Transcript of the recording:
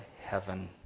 heaven